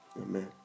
Amen